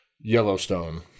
Yellowstone